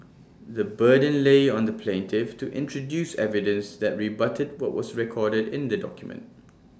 the burden lay on the plaintiff to introduce evidence that rebutted what was recorded in the document